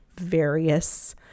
various